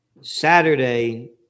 Saturday